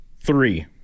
Three